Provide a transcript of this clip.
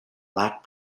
lack